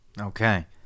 okay